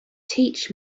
teach